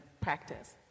practice